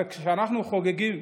הרי כשאנחנו חוגגים,